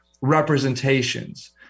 representations